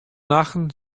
nachten